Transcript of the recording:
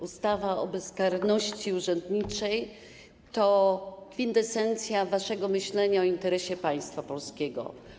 Ustawa o bezkarności urzędniczej to kwintesencja waszego myślenia o interesie państwa polskiego.